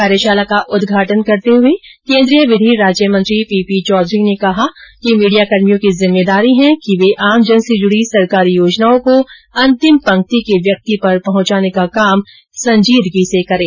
कार्यशाला का उद्घाटन करते हुए केन्द्रीय विधि राज्यमंत्री पी पी चौधरी ने कहा कि मीडियाकर्मियों की जिम्मेदारी है कि वे आमजन से जुडी सरकारी योजनाओं को अंतिम पंक्ति के व्यक्ति पर पहुंचाने का काम संजीदगी से करें